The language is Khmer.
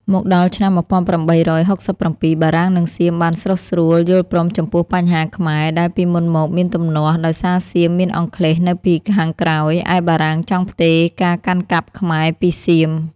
មកដល់ឆ្នាំ១៨៦៧ បារាំងនិងសៀមបានស្រុះស្រួលយល់ព្រមចំពោះបញ្ហាខ្មែរដែល ពីមុនមកមានទំនាស់ ដោយសារសៀមមានអង់គ្លេសនៅពីក្រោយ ឯបារាំងចង់ផ្ទេរការកាន់កាប់ខ្មែរពីសៀម។